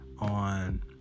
on